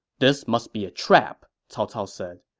this must be a trap, cao cao said.